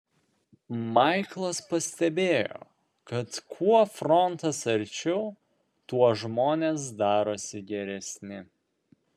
maiklas pastebėjo kad kuo frontas arčiau tuo žmonės darosi geresni